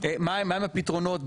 זה מה הם הפתרונות,